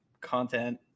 content